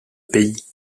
pays